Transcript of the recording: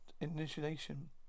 initiation